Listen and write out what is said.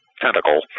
tentacle